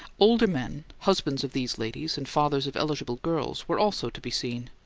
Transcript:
older men, husbands of these ladies and fathers of eligible girls, were also to be seen,